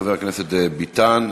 חבר הכנסת ביטן,